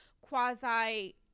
quasi